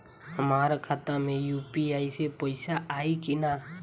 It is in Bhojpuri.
हमारा खाता मे यू.पी.आई से पईसा आई कि ना?